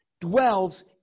dwells